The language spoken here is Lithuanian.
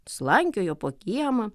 slankiojo po kiemą